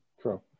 True